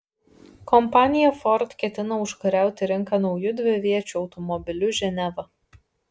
kompanija ford ketina užkariauti rinką nauju dviviečiu automobiliu ženeva